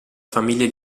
famiglie